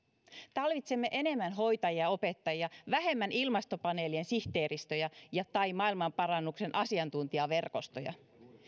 tarvitsemme enemmän hoitajia ja opettajia vähemmän ilmastopaneelien sihteeristöjä ja maailmanparannuksen asiantuntijaverkostoja